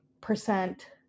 percent